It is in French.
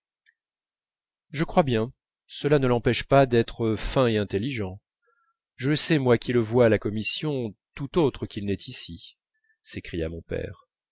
je crois bien cela ne l'empêche pas d'être fin et intelligent je le sais moi qui le vois à la commission tout autre qu'il n'est ici s'écria mon père